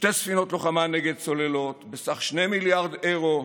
ושתי ספינות לוחמה נגד צוללות בסך 2 מיליארד אירו,